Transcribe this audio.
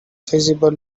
feasible